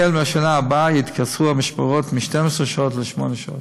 החל מהשנה הבאה יתקצרו המשמרות מ-12 שעות לשמונה שעות.